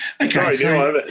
Okay